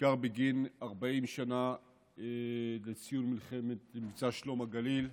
בעיקר בגין 40 שנה לציון מלחמת מבצע שלום הגליל,